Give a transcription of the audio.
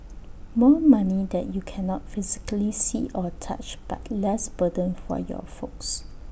more money that you cannot physically see or touch but less burden for your folks